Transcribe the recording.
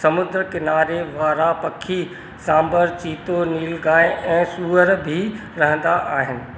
समुंड किनारे वारा पखी सांभर चीतो नीलगाय ऐं सूअर बि रहंदा आहिनि